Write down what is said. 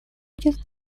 будет